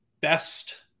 best